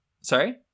Sorry